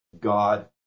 God